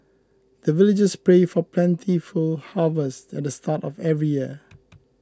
the villagers pray for plentiful harvest at the start of every year